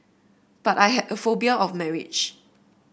but I had a phobia of marriage